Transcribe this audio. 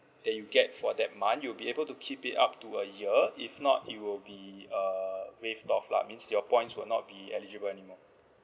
that you get for that month you'll be able to keep it up to a year if not it will be uh waive off lah means your points will not be eligible anymore